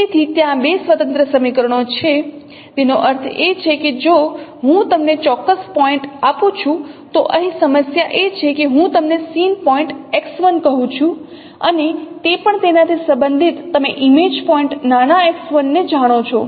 તેથી ત્યાં બે સ્વતંત્ર સમીકરણો છે તેનો અર્થ એ છે કે જો હું તમને ચોક્કસ પોઇન્ટ આપું છું તો અહીં સમસ્યા એ છે કે હું તમને સીન પોઇન્ટ X1 કહું છું અને તે પણ તેનાથી સંબંધિત તમે ઇમેજ પોઇન્ટ નાના x1 ને જાણો છો